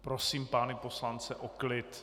Prosím pány poslance o klid!